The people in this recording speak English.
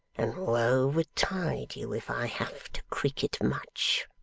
and woe betide you if i have to creak it much.